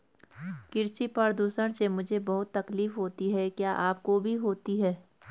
कृषि प्रदूषण से मुझे बहुत तकलीफ होती है क्या आपको भी होती है